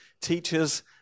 teachers